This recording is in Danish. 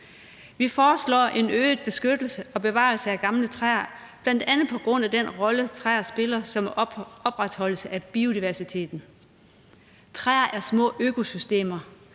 Vi foreslår en øget beskyttelse og bevarelse af gamle træer, bl.a. på grund af den rolle, træer spiller for opretholdelse af biodiversiteten. Træer er små økosystemer.